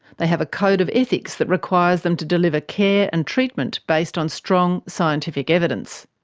they have a code of ethics that requires them to deliver care and treatment based on strong scientific evidence.